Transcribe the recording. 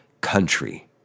country